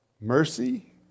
Mercy